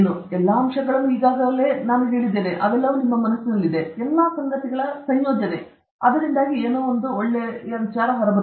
ಎಲ್ಲಾ ಅಂಶಗಳನ್ನು ಈಗಾಗಲೇ ನಿಮ್ಮ ಮನಸ್ಸಿನಲ್ಲಿದೆ ಇದು ಈ ಎಲ್ಲಾ ಸಂಗತಿಗಳ ಸಂಯೋಜನೆ ಮತ್ತು ಏನಾದರೂ ಹೊರಬರುತ್ತದೆ